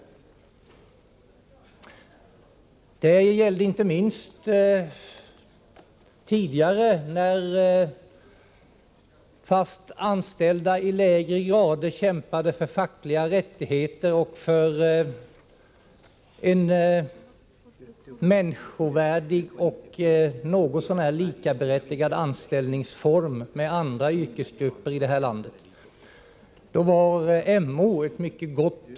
Det gällde inte minst tidigare när fast anställda i lägre grader kämpade för fackliga rättigheter, för människovärdiga och för med andra yrkesgrupper i det här landet något så när likavärdiga anställningsformer.